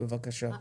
בבקשה.